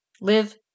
live